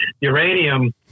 uranium